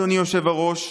אדוני היושב-ראש,